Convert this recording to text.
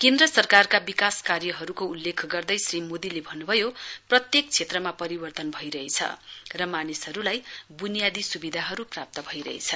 केन्द्र सरकारका विकास कार्यहरूको उल्लेख गर्दै श्री मोदीले भन्नुभयो प्रत्येक क्षेत्रमा परिवर्तन भइरहेछ र मानिसहरूलाई बुनियादी सुविधाहरू प्राप्त भइरहेछ